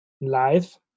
live